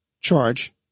charge